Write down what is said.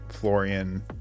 Florian